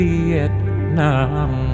Vietnam